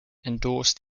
endorsed